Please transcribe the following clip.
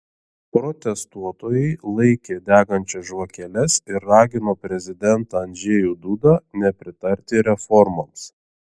protestuotojai laikė degančias žvakeles ir ragino prezidentą andžejų dudą nepritarti reformoms